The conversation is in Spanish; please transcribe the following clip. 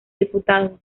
diputado